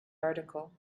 article